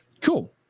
cool